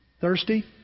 Thirsty